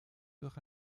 durch